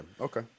Okay